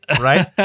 right